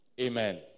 Amen